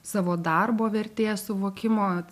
savo darbo vertės suvokimo